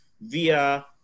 via